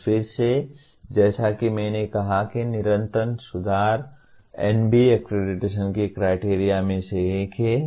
और फिर से जैसा कि मैंने कहा कि निरंतर सुधार NBA अक्रेडिटेशन की क्राइटेरियों में से एक है